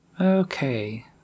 Okay